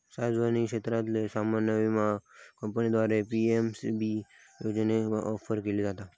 सार्वजनिक क्षेत्रातल्यो सामान्य विमा कंपन्यांद्वारा पी.एम.एस.बी योजना ऑफर केली जाता